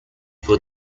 for